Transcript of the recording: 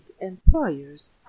employers